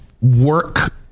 work